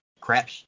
crap